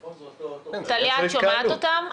זה הכול --- טליה, את שומעת אותם?